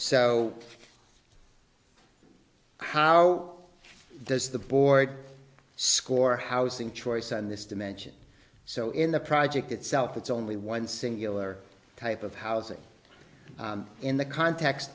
so how does the board score housing choice on this dimension so in the project itself it's only one singular type of housing in the context